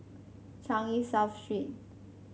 Changi South Street